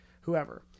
whoever